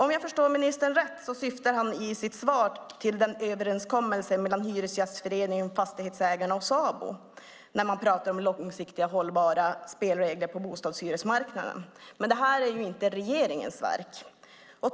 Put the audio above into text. Om jag förstår ministern rätt syftar han i sitt svar på överenskommelsen mellan Hyresgästföreningen, Fastighetsägarna och Sabo när man talar om långsiktiga hållbara spelregler på bostadsmarknaden. Men det är inte regeringens verk.